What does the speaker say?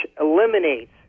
eliminates